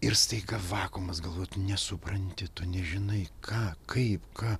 ir staiga vakuumas galvoj tu nesupranti tu nežinai ką kaip ką